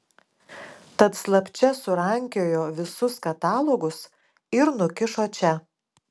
tad slapčia surankiojo visus katalogus ir nukišo čia